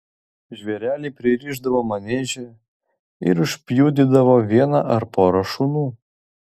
žvėrelį pririšdavo manieže ir užpjudydavo vieną ar porą šunų